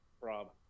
Rob